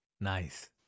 Nice